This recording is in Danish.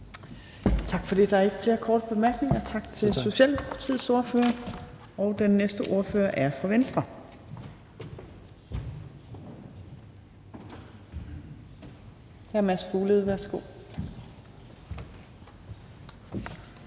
Tak for det. Der er ikke flere korte bemærkninger. Tak til Socialdemokratiets ordfører. Og den næste ordfører er fra Venstre. Hr. Mads Fuglede, værsgo. Kl.